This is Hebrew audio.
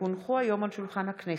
כי הונחו היום על שולחן הכנסת,